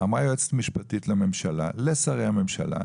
אמרה היועצת המשפטית לממשלה לשרי הממשלה,